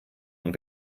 und